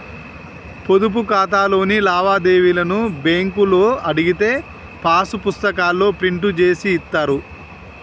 పొదుపు ఖాతాలోని లావాదేవీలను బ్యేంకులో అడిగితే పాసు పుస్తకాల్లో ప్రింట్ జేసి ఇత్తారు